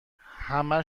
همه